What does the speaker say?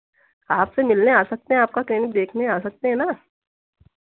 आपसे मिलने आ सकते हैं आपका क्लिनिक देखने आ सकते हैं ना